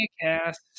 cast